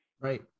Right